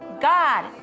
God